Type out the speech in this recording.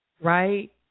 Right